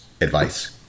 advice